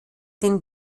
den